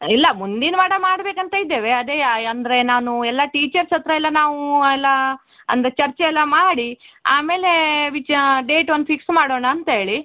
ಇಲ್ಲ ಮುಂದಿನ ವಾರ ಮಾಡಬೇಕಂತ ಇದ್ದೇವೆ ಅದೇ ಅಂದರೆ ನಾನು ಎಲ್ಲ ಟೀಚರ್ಸ್ ಹತ್ತಿರ ಎಲ್ಲ ನಾವು ಎಲ್ಲ ಅಂದರೆ ಚರ್ಚೆ ಎಲ್ಲ ಮಾಡಿ ಆಮೇಲೆ ವಿಚಾರ ಡೇಟ್ ಒಂದು ಫಿಕ್ಸ್ ಮಾಡೋಣ ಅಂತೇಳಿ